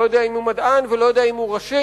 אני לא יודע אם הוא מדען ואני לא יודע אם הוא ראשי,